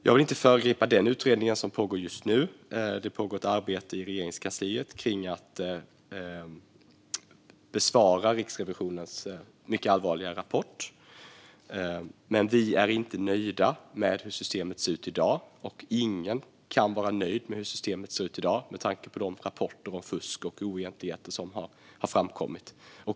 Jag vill inte föregripa denna utredning, och det pågår ett arbete i Regeringskansliet med att besvara Riksrevisionens allvarliga kritik. Ingen kan vara nöjd med dagens system med tanke på rapporterna om fusk och oegentligheter.